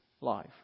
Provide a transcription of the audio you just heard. life